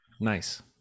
nice